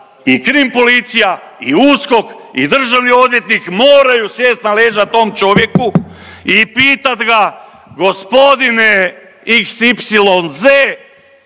i krim policija i USKOK i državni odvjetnik moraju sjest na leđa tom čovjeku i pitat ga gospodine xyz